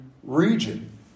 region